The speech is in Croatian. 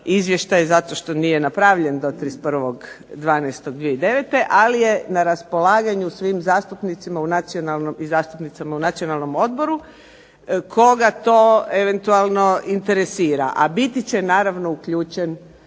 izvještaj zato što nije napravljen do 31.12.2009., ali je na raspolaganju svim zastupnicima i zastupnicama u Nacionalnom odboru, koga to eventualno interesira, a biti će naravno uključen